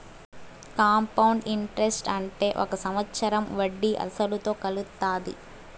compound interest అంటే ఒక సంవత్సరం వడ్డీ అసలుతో కలుత్తాది